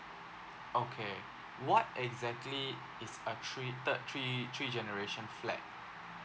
okay what exactly is a three third three three generation flat